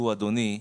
אדוני,